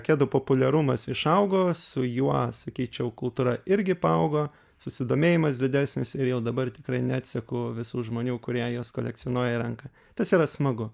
kedų populiarumas išaugo su juo sakyčiau kultūra irgi paaugo susidomėjimas didesnis ir jau dabar tikrai neatseku visų žmonių kurie juos kolekcionuoja ranka tas yra smagu